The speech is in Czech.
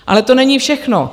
Ale to není všechno.